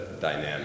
dynamic